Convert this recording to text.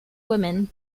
women